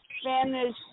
Spanish